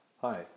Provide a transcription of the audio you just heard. Hi